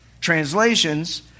translations